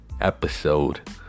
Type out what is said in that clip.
episode